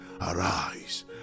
arise